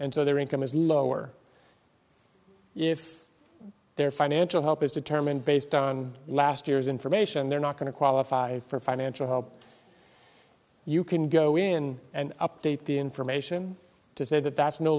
so their income is lower if their financial help is determined based on last year's information they're not going to qualify for financial help you can go in and update the information to say that that's no